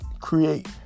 create